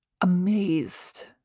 amazed